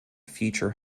future